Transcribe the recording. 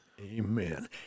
Amen